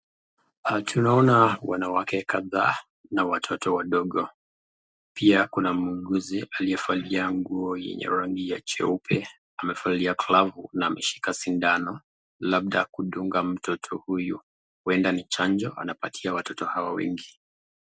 Tunaona wanawake kadhaa na watoto wadogo, pia kuna muuguzi aliyevalia nguo yenye rangi ya cheupe, amevalia glavu na ameshika sindano, labda kudunga mtoto huyu, uenda ni chanjo anapatia watoto hawa wengi.